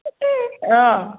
তাকে অঁ